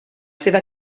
seva